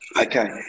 Okay